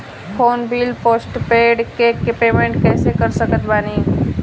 Phone bill postpaid के payment कैसे कर सकत बानी?